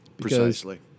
Precisely